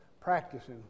practicing